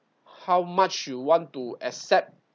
how much you want to accept